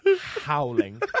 howling